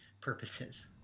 purposes